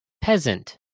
Peasant